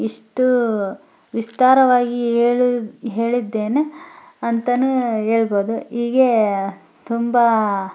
ಇಷ್ಟು ವಿಸ್ತಾರವಾಗಿ ಹೇಳು ಹೇಳಿದ್ದೇನೆ ಅಂತಲೂ ಹೇಳ್ಬೋದು ಹೀಗೇ ತುಂಬ